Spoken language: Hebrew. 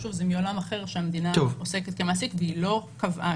הוא עולם אחר שהמדינה עוסקת כמעסיק והיא לא קבעה,